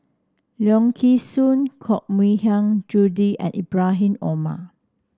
Leong Kee Soo Koh Mui Hiang Julie and Ibrahim Omar